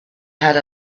had